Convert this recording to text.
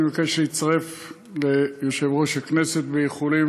אני מבקש להצטרף ליושב-ראש הכנסת באיחולים